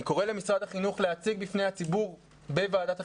אני רוצה להודות למר ציון רגב,